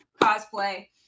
cosplay